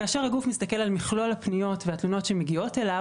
כאשר הגוף מסתכל על מכלול הפניות והתלונות שמגיעות אליו,